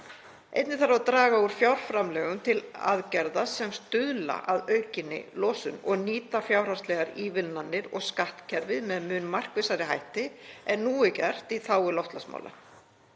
Einnig þarf að draga úr fjárframlögum til aðgerða sem stuðla að aukinni losun og nýta fjárhagslegar ívilnanir og skattkerfið með mun markvissari hætti en nú er gert í þágu loftslagsmála.